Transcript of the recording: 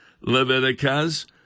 Leviticus